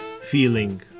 feeling